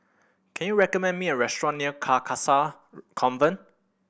can you recommend me a restaurant near Carcasa Convent